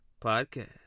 podcast